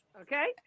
okay